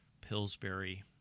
Pillsbury